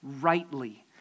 rightly